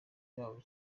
babo